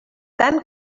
tant